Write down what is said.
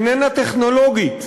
איננה טכנולוגית,